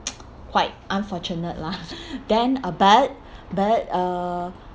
quite unfortunate lah then uh but but uh